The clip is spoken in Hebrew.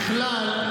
בכלל,